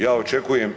Ja očekujem.